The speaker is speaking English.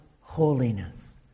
holiness